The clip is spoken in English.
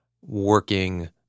working